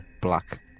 black